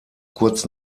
kurz